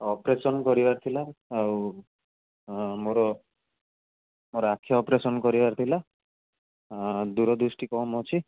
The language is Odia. ଅପେରସନ୍ କରିବାର ଥିଲା ଆଉ ମୋର ମୋର ଆଖି ଅପେରସନ୍ କରିବାର ଥିଲା ଦୂରଦୃଷ୍ଟି କମ୍ ଅଛି